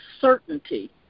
certainty